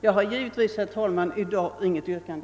Jag har givetvis, herr talman, i dag inget yrkande.